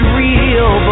real